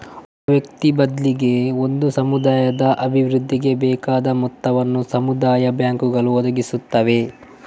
ಒಬ್ಬ ವ್ಯಕ್ತಿ ಬದ್ಲಿಗೆ ಒಂದು ಸಮುದಾಯದ ಅಭಿವೃದ್ಧಿಗೆ ಬೇಕಾದ ಮೊತ್ತವನ್ನ ಸಮುದಾಯ ಬ್ಯಾಂಕುಗಳು ಒದಗಿಸುತ್ತವೆ